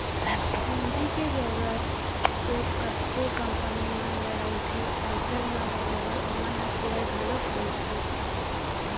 पूंजी के जरुरत तो कतको कंपनी मन ल रहिथे अइसन म बरोबर ओमन ह सेयर घलोक बेंचथे